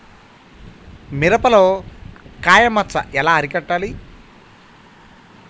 మిరపలో కాయ మచ్చ ఎలా అరికట్టాలి?